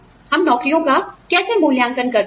हम नौकरियों का कैसे मूल्यांकन करते हैं